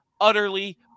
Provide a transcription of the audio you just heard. utterly